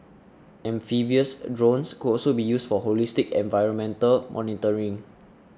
amphibious drones could also be used for holistic environmental monitoring